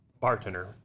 Bartender